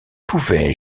pouvais